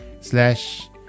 slash